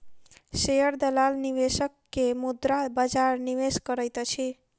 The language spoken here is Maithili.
शेयर दलाल निवेशक के मुद्रा बजार निवेश करैत अछि